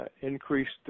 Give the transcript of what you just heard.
increased